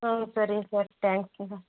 ம் சரிங்க சார் தேங்ஸுங்க சார்